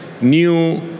new